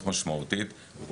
זה נכון לכלל המדינה, לא רק לצפון.